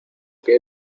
que